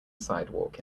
sidewalk